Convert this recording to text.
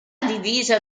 divisa